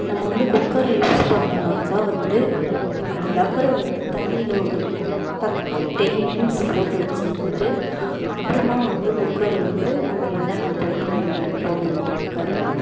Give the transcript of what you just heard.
நம்ம வந்து cooker use பண்ணணும்னாக்கா வந்து அந்த ரப்பர வந்து தண்ணியில் ஒரு டென் மினிட்ஸ் போட்டு வெச்சுருந்துட்டு அப்புறமா வந்து குக்கரு வந்து நம்ம என்னென்ன பொருள் அதில் போடணுமோ குக்கரில்